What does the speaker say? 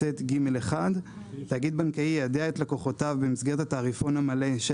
"9ט(ג)(1) תאגיד בנקאי יידע את לקוחותיו במסגרת התעריפון המלא של